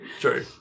True